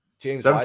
James